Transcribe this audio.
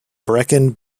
brecon